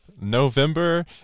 November